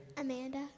Amanda